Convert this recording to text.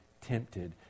tempted